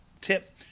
tip